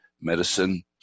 medicine